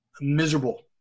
miserable